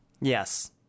Yes